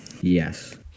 Yes